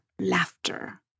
laughter